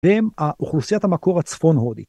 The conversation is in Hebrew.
והם האוכלוסיית המקור הצפון הודית.